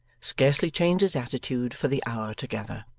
scarcely changed his attitude for the hour together.